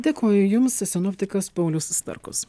dėkoju jums sinoptikas paulius starkus